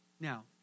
Now